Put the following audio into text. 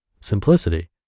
simplicity